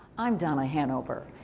i'm donna hanover.